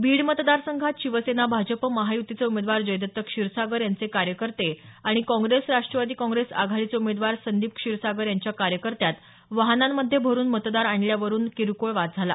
बीड मतदार संघात शिवसेना भाजप महायुतीचे उमेदवार जयदत्त क्षीरसागर यांचे कार्यकर्ते आणि काँग्रेस राष्ट्रवादी काँग्रेस आघाडीचे उमेदवार संदीप क्षीरसागर यांच्या कार्यकर्त्यांत वाहनांमध्ये भरून मतदार आणल्यावरून किरकोळ वाद झाला